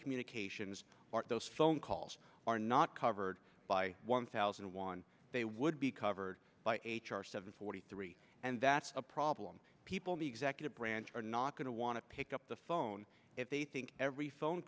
communications those phone calls are not covered by one thousand and one they would be covered by h r seven forty three and that's a problem people in the executive branch are not going to want to pick up the phone if they think every phone